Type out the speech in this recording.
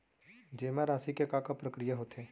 जेमा राशि के का प्रक्रिया होथे?